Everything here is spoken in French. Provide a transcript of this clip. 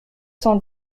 cent